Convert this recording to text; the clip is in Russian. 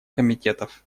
комитетов